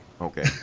Okay